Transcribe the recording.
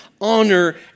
Honor